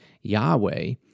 Yahweh